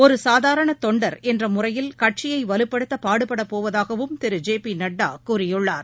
ஒரு சாதாரண தொண்டர் என்ற முறையில் கட்சியை வலுப்படுத்த பாடுபடப் போவதாகவும் திரு ஜெ பி நட்டா கூறியுள்ளார்